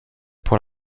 pour